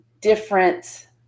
different